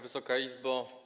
Wysoka Izbo!